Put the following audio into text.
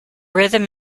rhythm